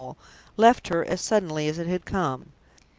left her as suddenly as it had come.